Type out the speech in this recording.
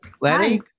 Lenny